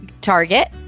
target